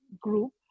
group